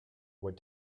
what